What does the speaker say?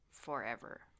forever